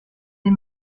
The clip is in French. des